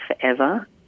forever